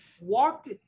walked